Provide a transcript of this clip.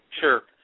sure